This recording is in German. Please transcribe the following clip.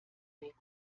weg